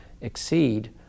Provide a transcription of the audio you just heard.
exceed